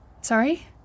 Sorry